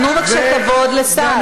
תנו בבקשה כבוד לשר.